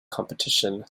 competition